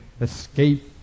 escape